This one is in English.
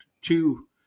two